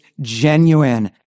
genuine